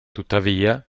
tuttavia